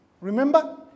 Remember